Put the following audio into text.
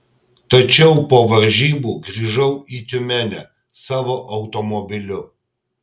tačiau po varžybų grįžau į tiumenę savo automobiliu